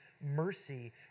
mercy